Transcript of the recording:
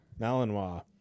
Malinois